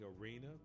arena